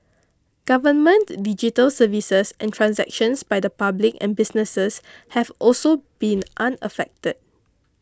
government digital services and transactions by the public and businesses have also been unaffected